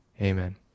Amen